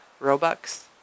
Robux